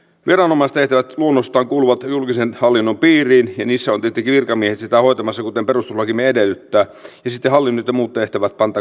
viranomaistehtävät luonnostaan kuuluvat julkisen hallinnon piiriin ja niissä ovat tietenkin virkamiehet sitä hoitamassa kuten perustuslakimme edellyttää ja sitten hallinnot ja muut tehtävät pantakoon erilleen